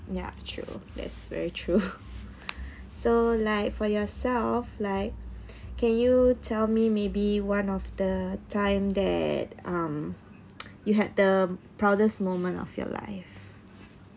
ya true that's very true so like for yourself like can you tell me maybe one of the time that um you had the proudest moment of your life